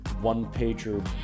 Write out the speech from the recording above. one-pager